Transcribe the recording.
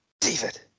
David